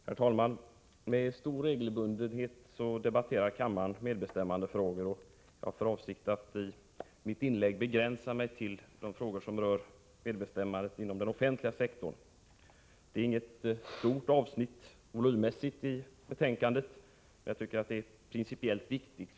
Herr talman! Med stor regelbundenhet debatterar kammaren medbestämmandefrågor. Jag har för avsikt att i mitt inlägg begränsa mig till de frågor 31 som rör medbestämmandet inom den offentliga sektorn. Det är volymmässigt inte något stort avsnitt i betänkandet, men det är principiellt viktigt.